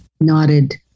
nodded